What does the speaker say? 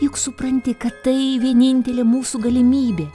juk supranti kad tai vienintelė mūsų galimybė